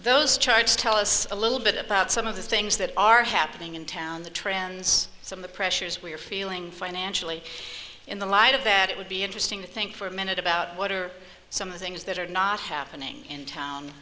those charts tell us a little bit about some of the things that are happening in town the trends some the pressures we are feeling financially in the light of that it would be interesting to think for a minute about what are some of the things that are not happening in town